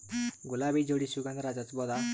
ಗುಲಾಬಿ ಜೋಡಿ ಸುಗಂಧರಾಜ ಹಚ್ಬಬಹುದ?